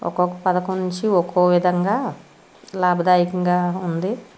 ఒక్కొక్క పథకం నుంచి ఒక్కో విధంగా లాభదాయకంగా ఉంది